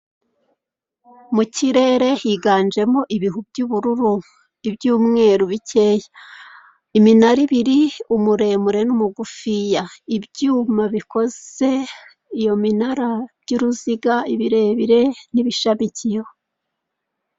Mu kirere higanjemo ibihu by'ubururu, iby'umweru bikeya. Iminara ibiri, umuremure n'umugufiya. Ibyuma bikoze iyo minara, by'uruziga ibirebire n'ibishamikiyeho.